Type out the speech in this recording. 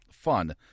fun